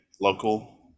Local